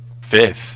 fifth